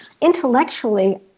Intellectually